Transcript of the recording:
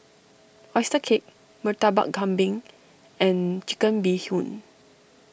Oyster Cake Murtabak Kambing and Chicken Bee Hoon